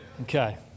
Okay